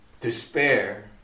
despair